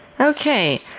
Okay